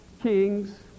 kings